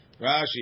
Rashi